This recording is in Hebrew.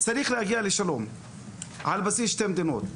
צריך להגיע לשלום על בסיס שתי מדינות.